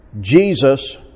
Jesus